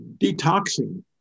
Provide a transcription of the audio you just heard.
detoxing